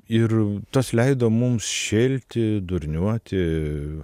ir tas leido mums šėlti durniuoti